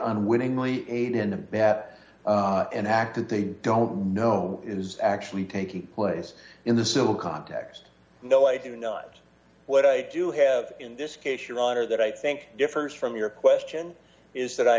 unwittingly aid in a bad and acted they don't know is actually taking place in the civil context no i do not what i do have in this case your honor that i think differs from your question is that i